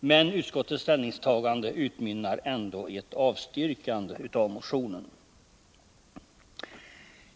men utskottets ställningstagande utmynnar ändå i ett avstyrkande av motionen.